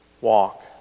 walk